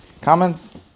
Comments